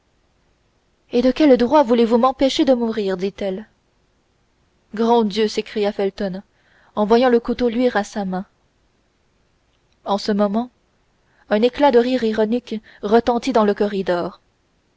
et de quel droit voulez-vous m'empêcher de mourir dit-elle grand dieu s'écria felton en voyant le couteau luire à sa main en ce moment un éclat de rire ironique retentit dans le corridor